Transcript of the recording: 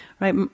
right